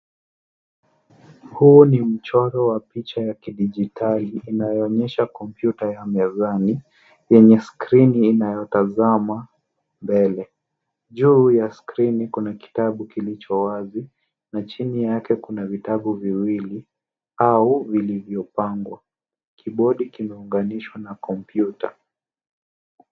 Huu ni mchoro wa picha ya kidijitali inayoonyesha kompyuta ya mezani yenye skrini inayotazama mbele. Juu ya skrini kuna kitabu kilicho wazi na chini yake kuna vitabu viwili au vilivyopangwa. Kibodi kimeunganishwa na kompyuta.